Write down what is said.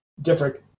different